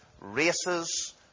races